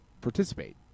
participate